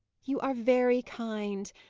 you are very kind,